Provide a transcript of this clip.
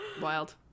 wild